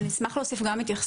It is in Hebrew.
אני אשמח להוסיף גם התייחסות.